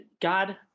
God